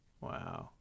Wow